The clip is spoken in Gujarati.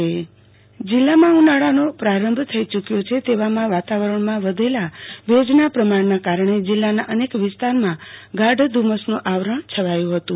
આરતી ભટ હવામાન જિલ્લામાં ઉનાળાનો પ્રારંભ થઈ ચૂકયો છે તેવામાં વાતાવરણ માં વધેલા ભેજના પ્રમાણના કારણે કારણે જિલ્લના અનેક વિસ્તારમાં ગાઢ ધુમ્મસનુ આવરણ છવાયું હતું